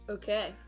Okay